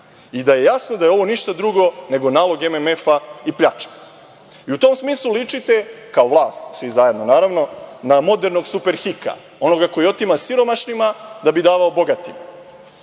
i da je jasno da je ovo ništa drugo nego nalog MMF-a i pljačka. U tom smislu ličite, kao vlast, svi zajedno, naravno, na modernog Superhika, onoga koji otima siromašnima da bi davao bogatima. Šta